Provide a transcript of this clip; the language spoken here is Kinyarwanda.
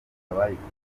abayikoze